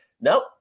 nope